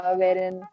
wherein